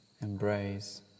embrace